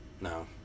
no